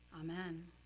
Amen